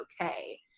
okay